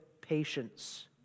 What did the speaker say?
patience